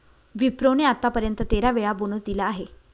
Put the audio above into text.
विप्रो ने आत्तापर्यंत तेरा वेळा बोनस दिला आहे